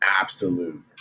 absolute